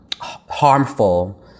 harmful